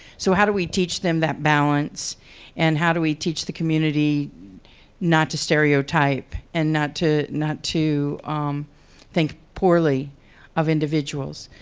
so how do we teach them that balance and how do we teach the community not to stereotype and not to not to think poorly of individuals?